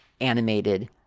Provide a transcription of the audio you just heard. animated